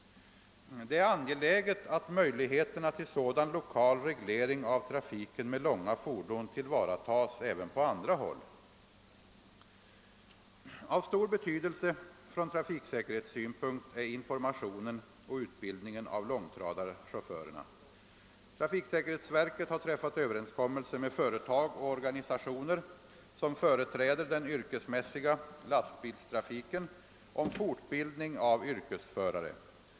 Det är angeläget att möjligheterna till sådan lokal reglering av trafiken med långa fordon tillvaratas även på andra håll. Av stor betydelse från trafiksäkerhetssynpunkt är informationen och utbildningen av långtradarchaufförerna. Trafiksäkerhetsverket har träffat överenskommelse med företag och organisationer, som ' företräder den yrkesmässiga lastbilstrafiken, om fortbildning av yrkesförare.